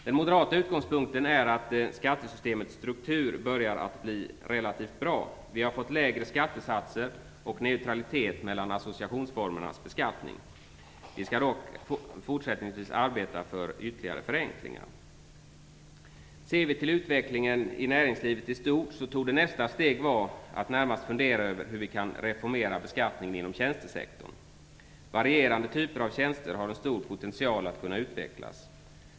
Den moderata utgångspunkten är att skattesystemets struktur börjar att bli relativt bra. Vi har fått lägre skattesatser och neutralitet mellan olika associationsformers beskattning. Vi skall dock fortsättningsvis arbeta för ytterligare förenklingar. Ser vi till utvecklingen i näringslivet i stort, torde nästa steg vara att fundera över hur vi kan reformera beskattningen i tjänstesektorn. Varierande typer av tjänster har en stor potential att kunna utvecklas.